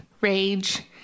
rage